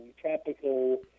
tropical